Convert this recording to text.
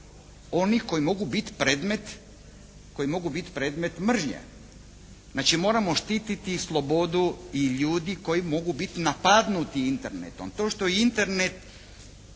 onih koji mogu biti predmet mržnje. Znači, moramo štititi slobodu i ljudi koji mogu biti napadnuti Internetom. To što je Internet